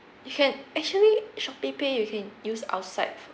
you can actually Shopeepay you can use outside